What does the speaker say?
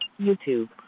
YouTube